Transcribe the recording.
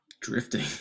drifting